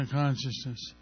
consciousness